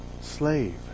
slave